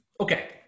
Okay